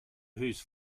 whose